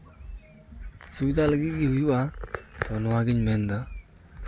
ᱥᱩᱵᱤᱫᱟ ᱞᱟᱹᱜᱤᱫ ᱜᱮ ᱦᱩᱭᱩᱜᱼᱟ ᱛᱚ ᱱᱚᱣᱟᱜᱮᱧ ᱢᱮᱱ ᱮᱫᱟ